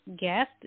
guest